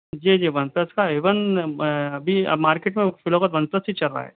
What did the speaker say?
جی جی one plus کا ہے ون ابھی مارکیٹ میں فی الوقت ون پلس ہی چل رہا ہے